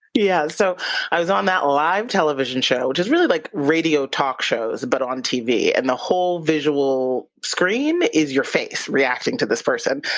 yeah. so i was on that live television show, which is really like radio talk shows, but on tv, and the whole visual screen is your face reacting to this person.